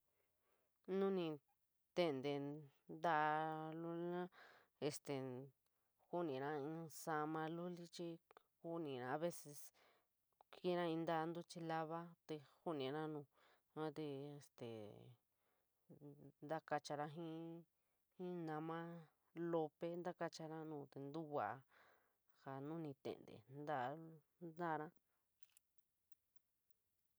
Nuu ni teente ntala lolina soumira este fn saiyoma loli chir soumira a veces kipra in toa ntuchlava te soumira nu yua te este ntakachara jii, jii nama lope ntakachara nu te intu vola sa nu ni teente nta, malara